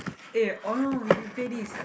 eh or no no we we play this